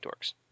dorks